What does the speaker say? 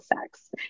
sex